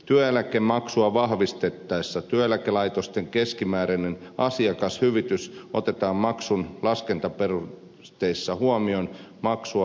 työeläkemaksua vahvistettaessa työeläkelaitosten keskimääräinen asiakashyvitys otetaan maksun laskentaperusteissa huomioon maksua alentavana tekijänä